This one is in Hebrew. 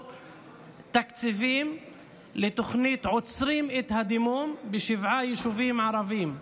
תקציבים לתוכנית 'עוצרים את הדימום' בשבעה יישובים ערביים.